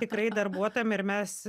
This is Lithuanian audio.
tikrai darbuotojam ir mes